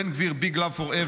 בן גביר = big love forever.